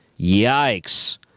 Yikes